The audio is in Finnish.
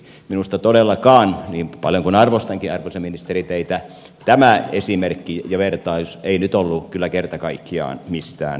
minusta todellakaan niin paljon kuin arvostankin arvoisa ministeri teitä tämä esimerkki ja vertaus ei nyt ollut kyllä kerta kaikkiaan mistään kotoisin